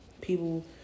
People